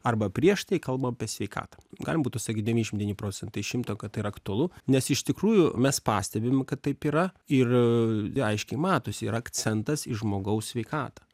arba prieš tai kalbama apie sveikatą galima būtų sakyti devyniasdešimt penki procentai iš šimto kad tai yra aktualu nes iš tikrųjų mes pastebim kad taip yra ir aiškiai matosi ir akcentas į žmogaus sveikatą